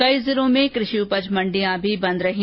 कई जिलों मे कृषि उपज मंडियां भी बंद रहीं